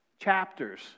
chapters